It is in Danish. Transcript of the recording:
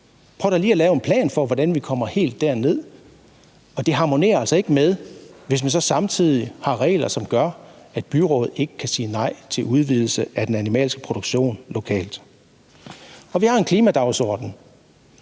Prøv da lige at lave en plan for, hvordan vi kommer helt derned. Det harmonerer altså ikke med samtidig at have regler, som gør, at byrådet ikke kan sige nej til udvidelse af den animalske produktion lokalt. Vi har en klimadagsorden,